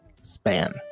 span